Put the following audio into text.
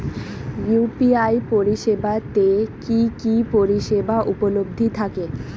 UPI পরিষেবা তে কি কি পরিষেবা উপলব্ধি থাকে?